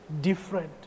different